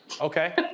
Okay